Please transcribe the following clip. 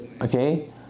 Okay